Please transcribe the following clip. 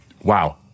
Wow